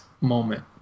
moment